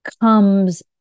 comes